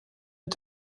mit